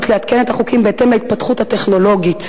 לעדכן את החוקים בהתאם להתפתחות הטכנולוגית.